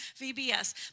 VBS